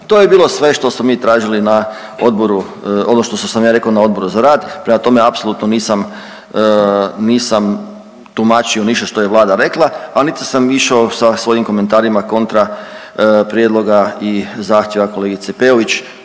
To je bilo sve što smo mi tražili na odboru, ono što sam ja rekao na Odboru za rad, dakle apsolutno nisam, nisam tumačio ništa što je Vlada rekla, a niti sam išao sa svojim komentarima kontra prijedloga i zahtjeva kolegice Peović,